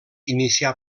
inicià